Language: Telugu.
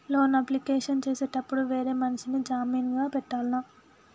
లోన్ అప్లికేషన్ చేసేటప్పుడు వేరే మనిషిని జామీన్ గా పెట్టాల్నా?